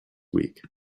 week